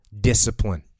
discipline